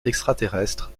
extraterrestre